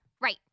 right